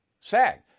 SAG